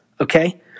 Okay